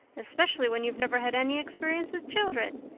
especially when you've never had any experience with children.